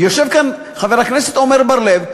יושב כאן חבר הכנסת עמר בר-לב,